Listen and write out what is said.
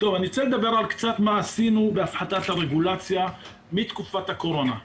רוצה לדבר על מה שעשינו בהפחתת הרגולציה מתקופת הקורונה.